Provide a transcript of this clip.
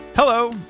Hello